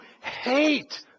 hate